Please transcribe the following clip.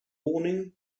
warning